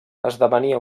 esdevenia